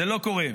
זה לא קורה.